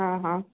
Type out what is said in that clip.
हा हा